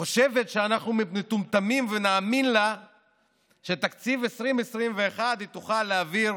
חושבת שאנחנו מטומטמים ונאמין לה שתקציב 2021 היא תוכל להעביר